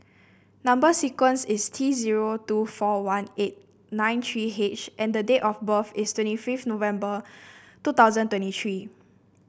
number sequence is T zero two four one eight nine three H and date of birth is twenty fifth November two thousand twenty three